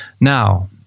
Now